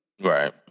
right